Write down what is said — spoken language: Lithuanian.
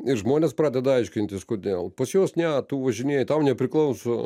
ir žmonės pradeda aiškintis kodėl pas juos ne tu važinėji tau nepriklauso